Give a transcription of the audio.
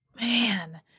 Man